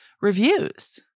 reviews